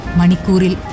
manikuril